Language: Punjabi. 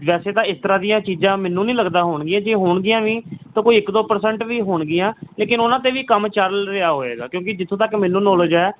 ਵੈਸੇ ਤਾਂ ਇਸ ਤਰ੍ਹਾਂ ਦੀਆਂ ਚੀਜ਼ਾਂ ਮੈਨੂੰ ਨਹੀਂ ਲੱਗਦਾ ਹੋਣਗੀਆਂ ਜੇ ਹੋਣਗੀਆਂ ਵੀ ਤਾਂ ਕੋਈ ਇੱਕ ਦੋ ਪਰਸੈਂਟ ਵੀ ਹੋਣਗੀਆਂ ਲੇਕਿਨ ਉਹਨਾਂ 'ਤੇ ਵੀ ਕੰਮ ਚੱਲ ਰਿਹਾ ਹੋਏਗਾ ਕਿਉਂਕਿ ਜਿੱਥੋਂ ਤੱਕ ਮੈਨੂੰ ਨੌਲੇਜ ਹੈ